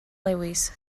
lewis